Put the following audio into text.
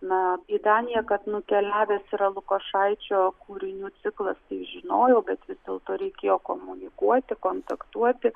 na į daniją kad nukeliavęs yra lukošaičio kūrinių ciklas žinojau bet vis dėlto reikėjo komunikuoti kontaktuoti